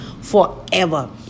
forever